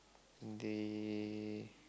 they